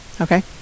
Okay